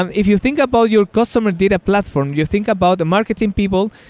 and if you think about your customer data platform, you think about the marketing people.